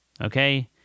Okay